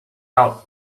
out